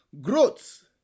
Growth